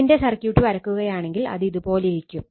ഇതിന്റെ സർക്യൂട്ട് വരക്കുകയാണെങ്കിൽ അത് ഇതുപോലെയിരിക്കും